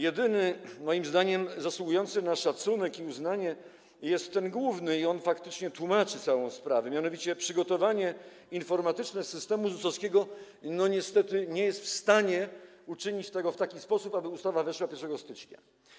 Jedyny moim zdaniem zasługujący na szacunek i uznanie jest ten główny i on faktycznie tłumaczy całą sprawę, mianowicie jeśli chodzi o przygotowanie informatyczne systemu ZUS-owskiego, niestety nie jest on w stanie uczynić tego w taki sposób, aby ustawa weszła w życie 1 stycznia.